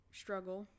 struggle